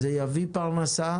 זה יביא פרנסה.